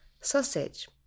sausage